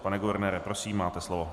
Pane guvernére, prosím, máte slovo.